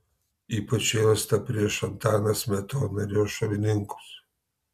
ypač šėlsta prieš antaną smetoną ir jo šalininkus